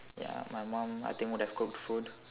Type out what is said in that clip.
ya my mum I think would have cooked food